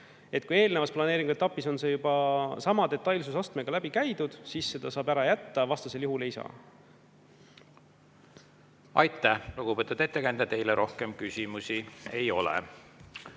kui eelnevas planeeringuetapis on see juba sama detailsusastmega läbi käidud, siis selle saab ära jätta, vastasel juhul ei saa. Aitäh, lugupeetud ettekandja! Teile rohkem küsimusi ei ole.